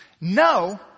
No